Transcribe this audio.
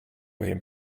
him